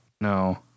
No